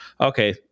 Okay